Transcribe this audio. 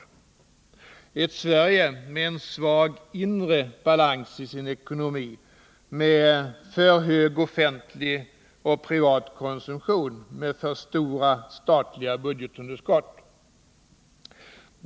De skulle möta ett Sverige med en svag inre balans i sin ekonomi, med för hög offentlig och privat konsumtion, med för stora statliga budgetunderskott.